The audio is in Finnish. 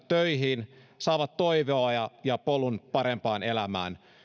töihin saavat toivoa ja ja polun parempaan elämään